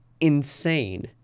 insane